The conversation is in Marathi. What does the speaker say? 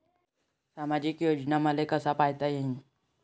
सामाजिक योजना मले कसा पायता येईन?